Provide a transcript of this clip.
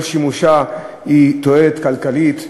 כל שימושה הוא תועלת כלכלית,